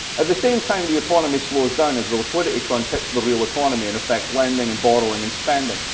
at the same time, the economy slows down as the liquidity crunch hits the real economy and affects lending and borrowing and spending.